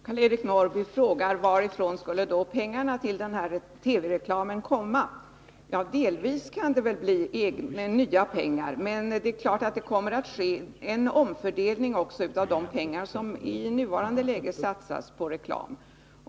Herr talman! Karl-Eric Norrby frågar: Varifrån skulle pengarna till den här TV-reklamen komma? Delvis kan det väl bli nya pengar, men det är klart att det också kommer att ske en omfördelning av de pengar som i nuvarande läge satsas på reklam.